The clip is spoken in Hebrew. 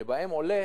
שממנו עולה